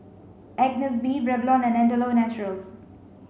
Agnes B Revlon and Andalou Naturals